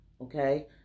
Okay